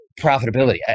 profitability